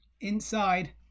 inside